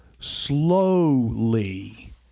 slowly